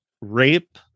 rape